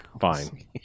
fine